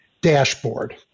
dashboard